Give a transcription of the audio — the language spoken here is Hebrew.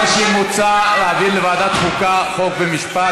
מה שמוצע, להעביר לוועדת החוקה, חוק ומשפט.